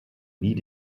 nie